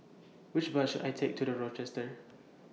Which Bus should I Take to The Rochester